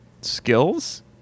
skills